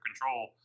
control